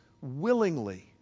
willingly